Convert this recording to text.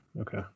Okay